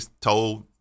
told